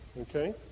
Okay